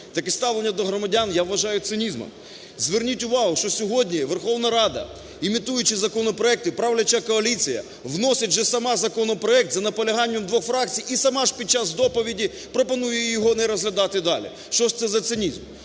Таке ставлення до громадян я вважаю цинізмом. Зверніть увагу, що сьогодні Верховна Рада, імітуючи законопроекти, правляча коаліція вносить вже сама законопроект за наполяганням двох фракцій - і сама ж під час доповіді пропонує його не розглядати далі. Що ж це за цинізм?